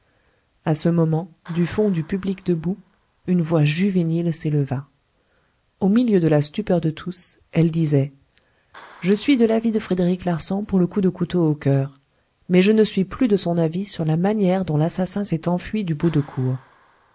à ce moment du fond du public debout une voix juvénile s'éleva au milieu de la stupeur de tous elle disait je suis de l'avis de frédéric larsan pour le coup de couteau au cœur mais je ne suis plus de son avis sur la manière dont l'assassin s'est enfui du bout de cour